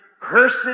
cursed